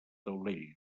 taulell